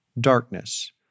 darkness